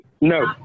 no